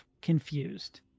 confused